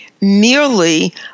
merely